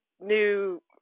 new